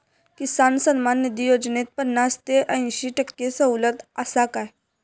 किसान सन्मान निधी योजनेत पन्नास ते अंयशी टक्के सवलत आसा काय?